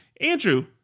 Andrew